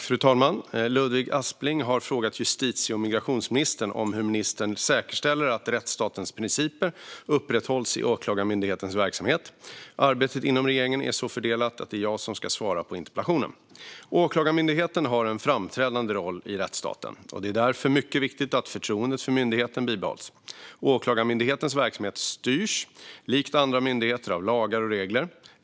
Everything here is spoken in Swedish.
Fru talman! Ludvig Aspling har frågat justitie och migrationsministern hur ministern säkerställer att rättsstatens principer upprätthålls i Åklagarmyndighetens verksamhet. Arbetet inom regeringen är så fördelat att det är jag som ska svara på interpellationen. Åklagarmyndigheten har en framträdande roll i rättsstaten, och det är därför mycket viktigt att förtroendet för myndigheten bibehålls. Åklagarmyndighetens verksamhet styrs, likt verksamheten i andra myndigheter, av lagar och regler.